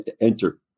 Enter